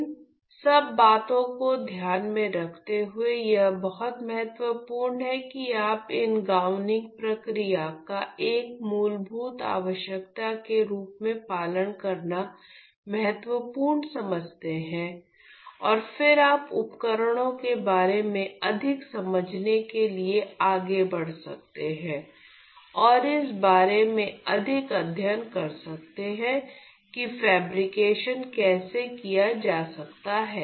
इन सब बातों को ध्यान में रखते हुए यह बहुत महत्वपूर्ण है कि आप इन गाउनिंग प्रक्रियाओं का एक मूलभूत आवश्यकता के रूप में पालन करना महत्वपूर्ण समझते हैं और फिर आप उपकरणों के बारे में अधिक समझने के लिए आगे बढ़ सकते हैं और इस बारे में अधिक अध्ययन कर सकते हैं कि फैब्रिकेशन कैसे किया जा सकता है